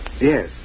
Yes